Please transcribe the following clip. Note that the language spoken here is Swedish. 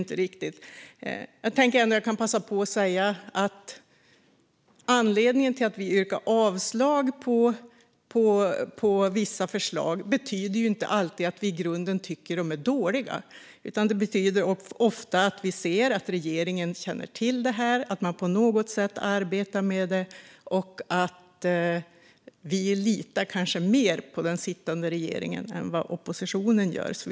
Låt mig därför säga att anledningen till att vi yrkar avslag på vissa förslag inte alltid är att vi i grunden tycker att de är dåliga utan att vi ser att regeringen känner till det och arbetar med det på något sätt och att vi kanske litar mer på den sittande regeringen än vad oppositionen gör.